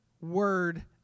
word